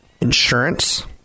insurance